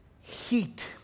heat